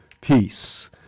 Peace